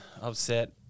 upset